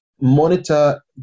monitor